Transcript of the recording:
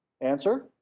Answer